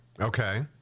Okay